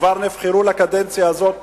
כבר נבחרו לקדנציה הזאת